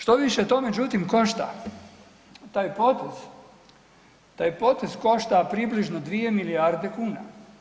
Štoviše to međutim košta taj potez, taj potez košta približno 2 milijarde kuna.